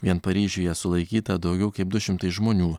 vien paryžiuje sulaikyta daugiau kaip du šimtai žmonių